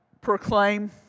proclaim